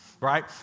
right